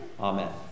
Amen